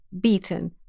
beaten